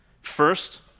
First